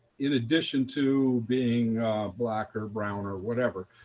in addition to being black or brown or whatever